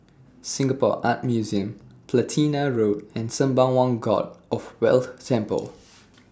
Singapore Art Museum Platina Road and Sembawang God of Wealth Temple